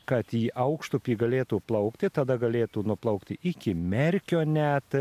kad į aukštupį galėtų plaukti tada galėtų nuplaukti iki merkio net